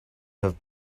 have